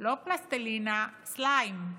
לא פלסטלינה, סליים,